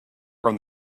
from